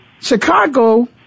Chicago